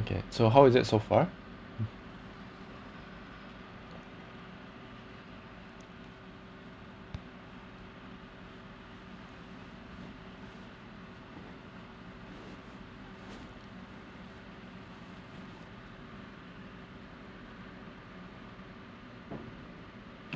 okay so how is it so far